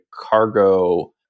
cargo